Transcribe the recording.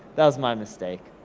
that was my mistake.